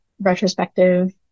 retrospective